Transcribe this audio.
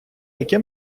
яке